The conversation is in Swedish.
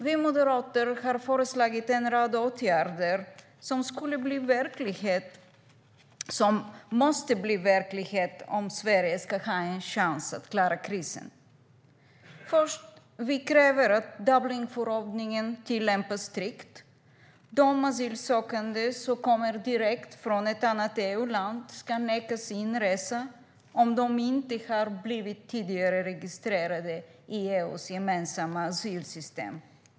Vi moderater har föreslagit en rad åtgärder som måste bli verklighet om Sverige ska ha en chans att klara krisen. Vi kräver att Dublinförordningen tillämpas strikt. De asylsökande som kommer direkt från ett annat EU-land ska nekas inresa om de inte tidigare har blivit registrerade i EU:s gemensamma asylsystem.